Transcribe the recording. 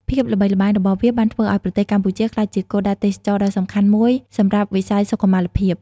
ភាពល្បីល្បាញរបស់វាបានធ្វើឱ្យប្រទេសកម្ពុជាក្លាយជាគោលដៅទេសចរណ៍ដ៏សំខាន់មួយសម្រាប់វិស័យសុខុមាលភាព។